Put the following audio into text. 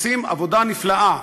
עושים עבודה נפלאה,